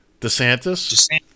Desantis